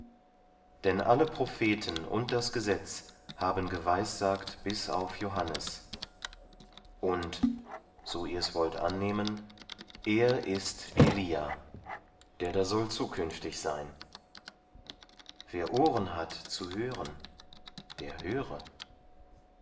denn alle propheten und das gesetz haben geweissagt bis auf johannes und so ihr's wollt annehmen er ist elia der da soll zukünftig sein wer ohren hat zu hören der höre